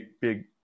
big